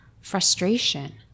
frustration